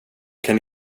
kan